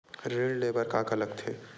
ऋण ले बर का का लगथे?